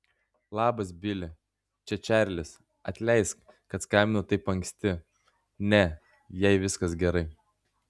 labas bili čia čarlis atleisk kad skambinu taip anksti ne jai viskas gerai